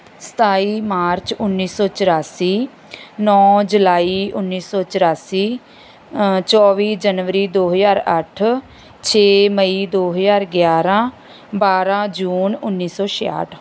ਸਤਾਈ ਮਾਰਚ ਉੱਨੀ ਸੌ ਚੁਰਾਸੀ ਨੌਂ ਜਲਾਈ ਉੱਨੀ ਸੌ ਚੁਰਾਸੀ ਚੌਵੀ ਜਨਵਰੀ ਦੋ ਹਜ਼ਾਰ ਅੱਠ ਛੇ ਮਈ ਦੋ ਹਜ਼ਾਰ ਗਿਆਰਾਂ ਬਾਰਾਂ ਜੂਨ ਉੱਨੀ ਸੌ ਛਿਆਹਠ